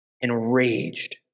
enraged